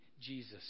Jesus